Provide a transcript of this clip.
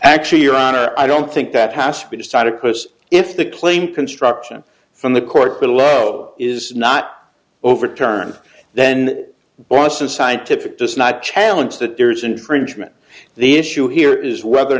actually your honor i don't think that has to be decided because if the claim construction from the court below is not overturned then boston scientific does not challenge that there is infringement the issue here is whether or